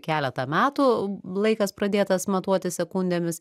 keletą metų laikas pradėtas matuoti sekundėmis